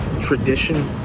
tradition